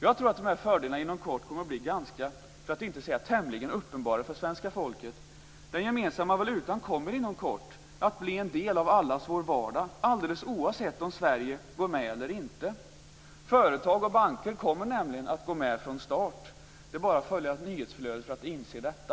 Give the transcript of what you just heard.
Jag tror att de här fördelarna inom kort kommer att bli ganska - för att inte säga tämligen - uppenbara för svenska folket. Den gemensamma valutan kommer inom kort att bli en del av allas vår vardag alldeles oavsett om Sverige går med eller inte. Företag och banker kommer nämligen att gå med från start. Det är bara att följa nyhetsflödet för att inse detta.